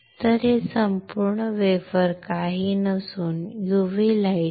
तर हे संपूर्ण वेफर काही नसून UV प्रकाश आहे